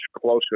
closer